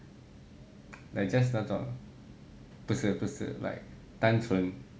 like just 那种不是不是 like 单纯